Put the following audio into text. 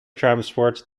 transport